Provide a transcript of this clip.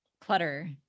clutter